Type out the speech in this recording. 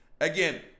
Again